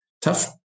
tough